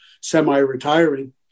semi-retiring